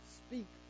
speak